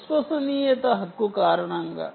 విశ్వసనీయత హక్కు కారణంగా